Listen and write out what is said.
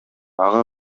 ага